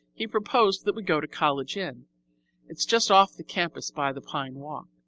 he proposed that we go to college inn it's just off the campus by the pine walk.